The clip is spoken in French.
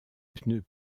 pneus